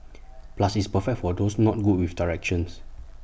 plus it's perfect for those not good with directions